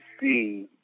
see